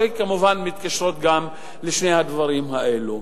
שכמובן מתקשרות גם לשני הדברים האלו.